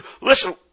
listen